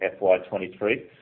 FY23